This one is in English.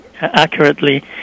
accurately